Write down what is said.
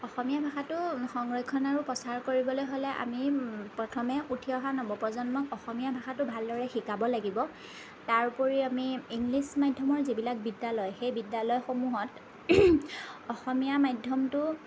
অসমীয়া ভাষাটো সংৰক্ষণ আৰু প্ৰচাৰ কৰিবলৈ হ'লে আমি প্ৰথমে উঠি অহা নৱপ্ৰজন্মক অসমীয়া ভাষাটো ভাল দৰে শিকাব লাগিব তাৰ উপৰি আমি ইংলিছ মাধ্যমৰ যিবিলাক বিদ্যালয় সেই বিদ্যালয়সমূহত অসমীয়া মাধ্যমটো